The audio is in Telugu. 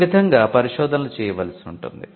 ఈ విధంగా పరిశోధనలు చేయవలసి ఉంటుంది